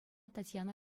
татьяна